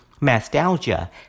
nostalgia